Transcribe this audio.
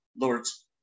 Lord's